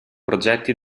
progetti